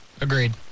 Agreed